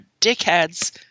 dickheads